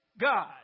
God